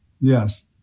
yes